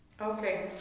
Okay